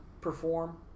perform